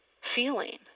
feeling